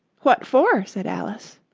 what for said alice.